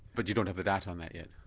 but you don't have the data on that yet?